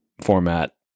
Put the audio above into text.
format